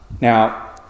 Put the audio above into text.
Now